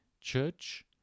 Church